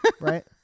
right